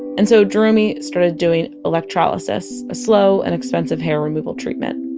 and so jeromey started doing electrolysis, a slow and expensive hair removal treatment.